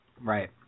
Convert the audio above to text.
Right